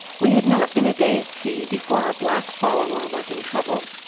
we had not been a day at sea before our black follower was in trouble.